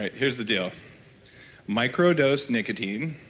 ah here's the deal microdose nicotine,